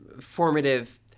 formative